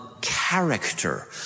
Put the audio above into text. character